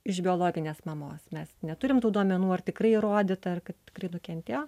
iš biologinės mamos mes neturim tų duomenų ar tikrai įrodyta ar kad tikrai nukentėjo